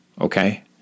Okay